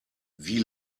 wie